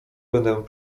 będę